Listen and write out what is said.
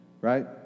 right